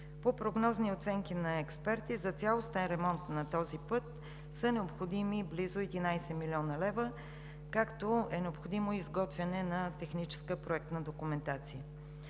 По прогнозни оценки на експерти за цялостен ремонт на този път са необходими близо 11 млн. лв., както е необходимо и изготвяне на техническа проектна документация.